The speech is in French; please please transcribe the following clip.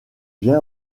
bien